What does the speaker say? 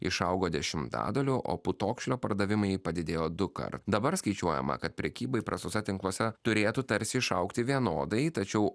išaugo dešimtadaliu o putokšlio pardavimai padidėjo dukart dabar skaičiuojama kad prekyba įprastose tinkluose turėtų tarsi išaugti vienodai tačiau